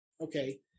Okay